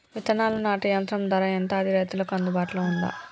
విత్తనాలు నాటే యంత్రం ధర ఎంత అది రైతులకు అందుబాటులో ఉందా?